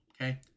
Okay